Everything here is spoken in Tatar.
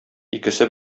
икесе